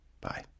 bye